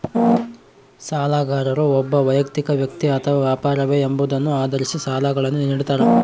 ಸಾಲಗಾರರು ಒಬ್ಬ ವೈಯಕ್ತಿಕ ವ್ಯಕ್ತಿ ಅಥವಾ ವ್ಯಾಪಾರವೇ ಎಂಬುದನ್ನು ಆಧರಿಸಿ ಸಾಲಗಳನ್ನುನಿಡ್ತಾರ